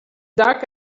duck